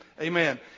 amen